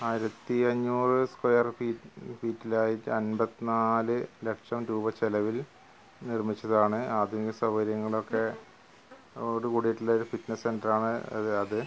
ആയിരത്തി അഞ്ഞൂറ് square feet ഫീറ്റിലായിട്ട് അൻപത്തിനാല് ലക്ഷം രൂപ ചിലവിൽ നിർമ്മിച്ചതാണ് ആധുനിക സൗകര്യങ്ങളൊക്കെയോട് കൂടിയിട്ടുള്ളൊരു ഫിറ്റ്നസ് സെന്റർ ആണ് അത് അത്